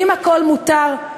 האם הכול מותר?